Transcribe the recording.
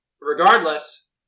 regardless